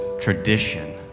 tradition